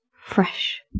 fresh